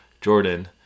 Jordan